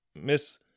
Miss